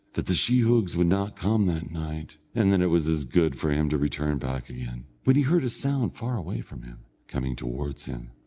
that the sheehogues would not come that night, and that it was as good for him to return back again, when he heard a sound far away from him, coming towards him,